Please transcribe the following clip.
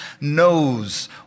knows